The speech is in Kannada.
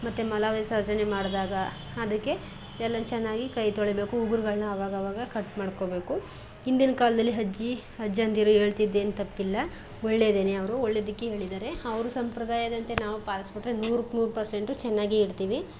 ಮತ್ತು ಮಲವಿಸರ್ಜನೆ ಮಾಡಿದಾಗ ಅದಕ್ಕೆ ಎಲ್ಲ ಚೆನ್ನಾಗಿ ಕೈ ತೊಳಿಬೇಕು ಉಗುರುಗಳ್ನ ಆವಾಗವಾಗ ಕಟ್ ಮಾಡ್ಕೊಳ್ಬೇಕು ಹಿಂದಿನ ಕಾಲದಲ್ಲಿ ಅಜ್ಜಿ ಅಜ್ಜಂದಿರು ಹೇಳ್ತಿದ್ದೇನು ತಪ್ಪಿಲ್ಲ ಒಳ್ಳೆಯದೇನೆ ಅವರು ಒಳ್ಳೆಯದಕ್ಕೆ ಹೇಳಿದ್ದಾರೆ ಅವ್ರು ಸಂಪ್ರದಾಯದಂತೆ ನಾವು ಪಾಲಿಸಿಬಿಟ್ರೆ ನೂರಕ್ಕೆ ನೂರು ಪರ್ಸೆಂಟು ಚೆನ್ನಾಗೇ ಇರ್ತೀವಿ